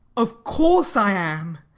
of course i am.